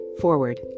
forward